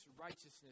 righteousness